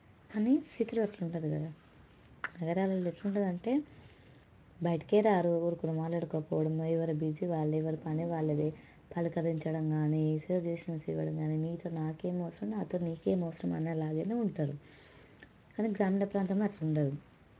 కానీ సిటీలో అలా ఉండదు కదా వేరే వాళ్ళది ఎలా ఉంటుంది అంటే బయటికే రారు ఒకళ్ళతో ఒకళ్ళు మాట్లాడుకోకపోవడము ఎవరి బిజీ వాళ్ళది ఎవరి పని వాళ్ళది పలకరించడం కానీ సజెషన్స్ ఇవ్వడం కానీ నీతో నాకేమవసరం నాతో నీకేం అవసరం అనే లాగానే ఉంటారు అదే గ్రామీణ ప్రాంతాల్లో అలా ఉండదు